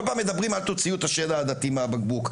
כל פעם מדברים אל תוציאו את השד העדתי מהבקבוק,